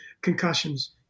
concussions